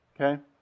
okay